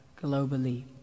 globally